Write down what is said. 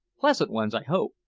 pleasant ones i hope.